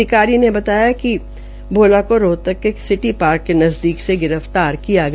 अधिकारी ने बताया कि भोला को रोहतक के सिटी पार्क के नजदीक से गिरफ्तार किया गया